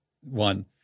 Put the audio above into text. one